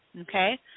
Okay